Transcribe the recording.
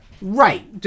Right